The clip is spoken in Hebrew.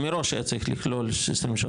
הוא מראש היה צריך לכלול 23-24,